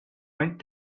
went